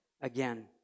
again